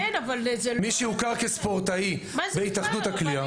מי שהוכר כספורטאי על ידי התאחדות הקליעה --- כן,